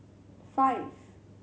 five